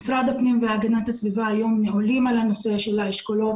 משרד הפנים והגנת הסביבה היום נעולים על הנושא של האשכולות,